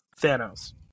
Thanos